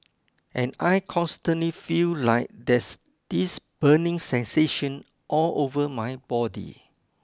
and I constantly feel like there's this burning sensation all over my body